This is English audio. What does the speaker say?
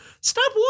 Stop